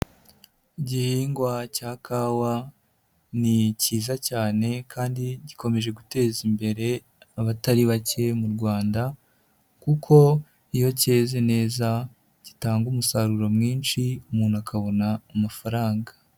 Igihingwa cya kawa ni cyiza cyane kandi gikomeje guteza imbere abatari bake mu Rwanda kuko iyo cyeze neza gitanga umusaruro mwinshi, umuntu akabona amafaranga.